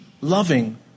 loving